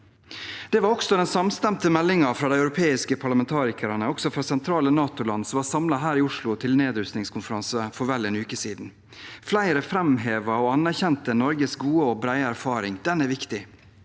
Det var også den samstemte meldingen fra de europeiske parlamentarikerne, også fra sentrale NATO-land, som var samlet her i Oslo til nedrustningskonferanse for vel en uke siden. Flere framhevet og anerkjente Norges gode og brede erfaring. Den er viktig.